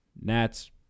Nats